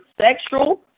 sexual